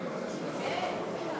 בבקשה, אדוני השר.